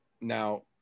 Now